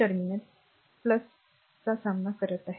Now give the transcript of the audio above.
तर ते terminal चा सामना करत आहे